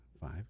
five